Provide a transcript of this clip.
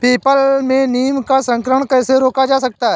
People में नीम का संकरण कैसे रोका जा सकता है?